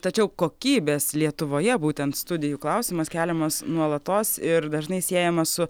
tačiau kokybės lietuvoje būtent studijų klausimas keliamas nuolatos ir dažnai siejamas su